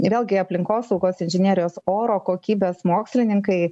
vėlgi aplinkosaugos inžinerijos oro kokybės mokslininkai